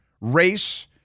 race